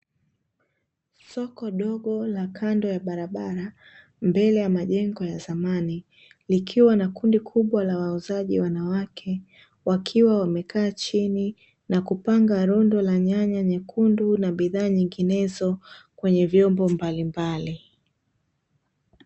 Soko dogo la kando ya barabara mbele ya majengo ya zamani, likiwa na kundi kubwa la wauzaji wanawake, wakiwa wamekaa chini na kupanga rundo la nyanya nyekundu na bidhaa nyinginezo, kwenye vyombo mbalimbali.